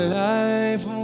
life